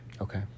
Okay